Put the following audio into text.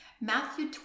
Matthew